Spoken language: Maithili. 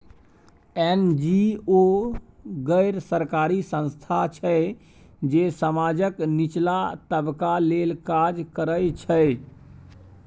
एन.जी.ओ गैर सरकारी संस्था छै जे समाजक निचला तबका लेल काज करय छै